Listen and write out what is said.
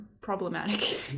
problematic